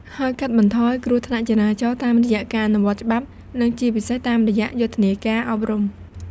ហើយកាត់បន្ថយគ្រោះថ្នាក់ចរាចរណ៍តាមរយៈការអនុវត្តច្បាប់ និងជាពិសេសតាមរយៈយុទ្ធនាការអប់រំ។